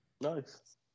Nice